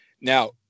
Now